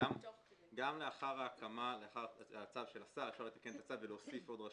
גם פקחים שייתנו קנסות וגם לנהל את כל העבודה מול